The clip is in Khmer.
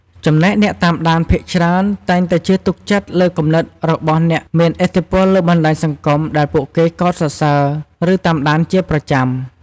ចំណែកអ្នកតាមដានភាគច្រើនតែងតែជឿទុកចិត្តលើគំនិតរបស់អ្នកមានឥទ្ធិពលលើបណ្តាញសង្គមដែលពួកគេកោតសរសើរ ឬតាមដានជាប្រចាំ។